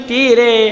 Tire